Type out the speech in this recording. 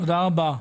תודה רבה.